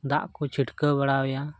ᱫᱟᱜ ᱠᱚ ᱪᱷᱤᱴᱠᱟᱹᱣ ᱵᱟᱲᱟ ᱟᱭᱟ